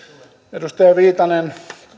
edustaja viitanen